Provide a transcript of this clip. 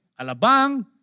Alabang